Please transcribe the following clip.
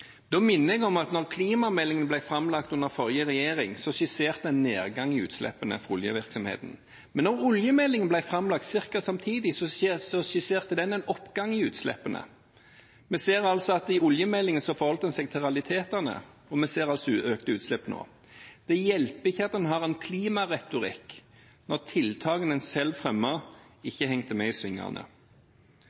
Da minner jeg om at da klimameldingen ble framlagt under forrige regjering, skisserte den en nedgang i utslippene fra oljevirksomheten. Men da oljemeldingen ble framlagt ca. samtidig, skisserte den en oppgang i utslippene. Vi ser at i oljemeldingen forholdt en seg til realitetene, og vi ser altså økte utslipp nå. Det hjelper ikke at en har en klimaretorikk når tiltakene en selv fremmet, ikke hang med i svingene.